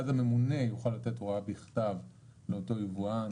ואז הממונה יוכל לתת הוראה בכתב לאותו יבואן